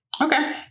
okay